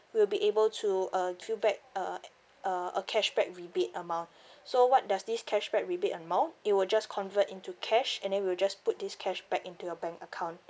we will be able to uh give you back uh uh a cashback rebate amount so what does this cashback rebate amount it will just convert into cash and then we'll just put this cash back into your bank account